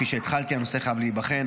כפי שהתחלתי: הנושא חייב להיבחן,